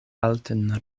alten